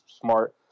smart